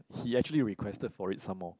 he actually requested for it some more